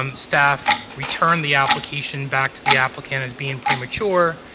um staff returned the application back to the applicant as being premature.